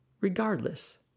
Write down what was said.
regardless